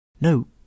No